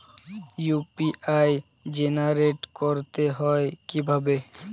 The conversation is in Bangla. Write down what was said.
ইউ.পি.আই জেনারেট করতে হয় কিভাবে?